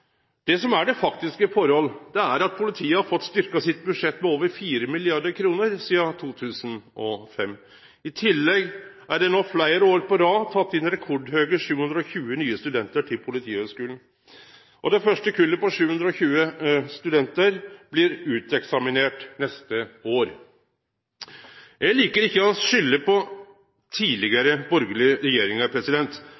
Det som er det faktiske forholdet, er at politiet har fått styrkt sitt budsjett med over 4 mrd. kr sidan 2005. I tillegg er det no fleire år på rad tatt inn rekordhøge 720 nye studentar til Politihøgskolen, og det første kullet på 720 studentar vil bli uteksaminert neste år. Eg likar ikkje å skulde på